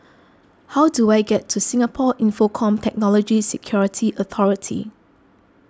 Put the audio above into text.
how do I get to Singapore Infocomm Technology Security Authority